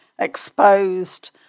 exposed